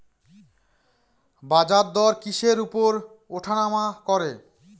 বাজারদর কিসের উপর উঠানামা করে?